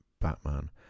Batman